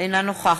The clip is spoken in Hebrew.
אינה נוכחת